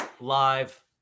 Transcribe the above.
live